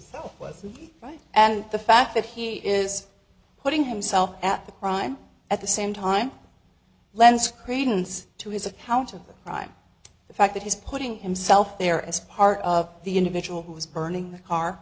right and the fact that he is putting himself at the crime at the same time lends credence to his accounts of the crime the fact that he's putting himself there as part of the individual who was burning the car